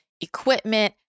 equipment